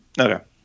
Okay